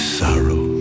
sorrow